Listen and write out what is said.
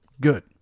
good